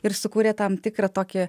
ir sukūrė tam tikrą tokį